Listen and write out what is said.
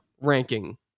ranking